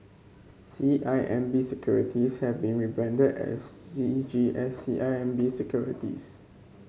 C I M B Securities have been rebranded as C G S C I M B Securities